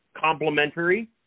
complementary